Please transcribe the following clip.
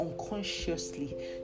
unconsciously